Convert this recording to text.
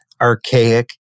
archaic